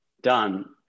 done